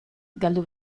galdu